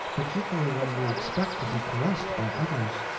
particularly when we expect to be caressed by others.